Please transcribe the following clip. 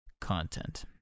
content